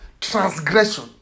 transgression